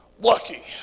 lucky